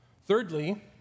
Thirdly